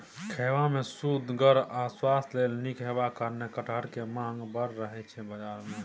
खेबा मे सुअदगर आ स्वास्थ्य लेल नीक हेबाक कारणेँ कटहरक माँग बड़ रहय छै बजार मे